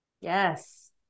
Yes